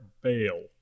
bail